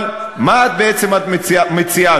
אבל מה בעצם את מציעה?